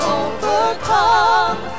overcome